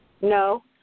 No